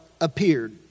appeared